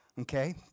Okay